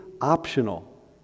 optional